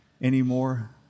anymore